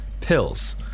pills